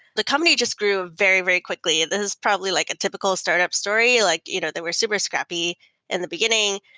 the company just grew ah very, very quickly. this is probably like a typical startup story, like you know they were super scrappy in the beginning.